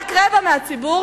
רק רבע מהציבור,